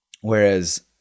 Whereas